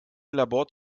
labor